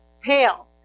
Pale